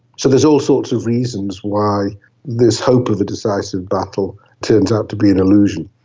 so there's all sorts of reasons why this hope of the decisive battle turns out to be an illusion.